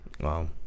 Wow